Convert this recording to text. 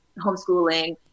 homeschooling